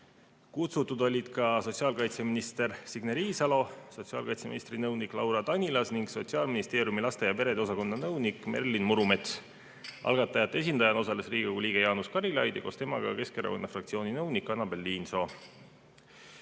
Kutsutud olid ka sotsiaalkaitseminister Signe Riisalo, sotsiaalkaitseministri nõunik Laura Danilas ning Sotsiaalministeeriumi laste ja perede osakonna nõunik Merlin Murumets. Algatajate esindajana osales Riigikogu liige Jaanus Karilaid ja koos temaga ka Keskerakonna fraktsiooni nõunik Annabel